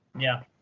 yeah.